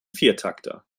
viertakter